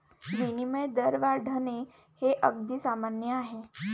विनिमय दर वाढणे हे अगदी सामान्य आहे